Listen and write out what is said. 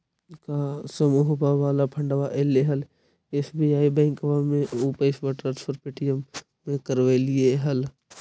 का समुहवा वाला फंडवा ऐले हल एस.बी.आई बैंकवा मे ऊ पैसवा ट्रांसफर पे.टी.एम से करवैलीऐ हल?